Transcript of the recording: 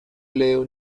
leo